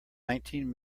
nineteen